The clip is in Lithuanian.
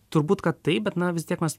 turbūt kad taip bet na vis tiek mes